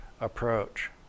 approach